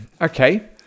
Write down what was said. Okay